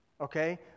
okay